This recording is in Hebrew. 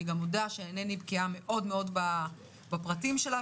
אני גם מודה שאינני בקיאה מאוד בפרטים שלה,